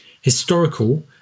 historical